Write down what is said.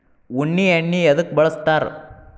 ಉಣ್ಣಿ ಎಣ್ಣಿ ಎದ್ಕ ಬಳಸ್ತಾರ್?